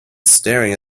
staring